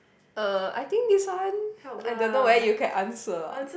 uh I think this one I don't know whether you can answer ah